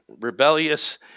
rebellious